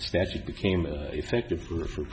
statute became effective or for